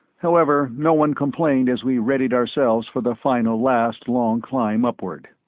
however, no one complained as we readied ourselves for the final last long climb upward.